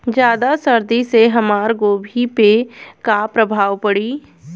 ज्यादा सर्दी से हमार गोभी पे का प्रभाव पड़ी?